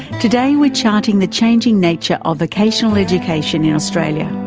today we're charting the changing nature of vocational education in australia.